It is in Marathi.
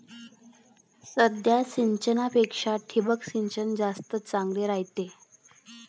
साध्या सिंचनापेक्षा ठिबक सिंचन जास्त चांगले रायते